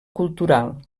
cultural